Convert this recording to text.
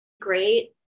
great